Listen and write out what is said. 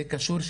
זה קשור,